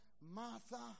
Martha